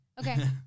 Okay